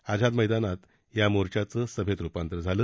आझाद मैदानात या मोर्चाचं सभेत रुपांतर झालं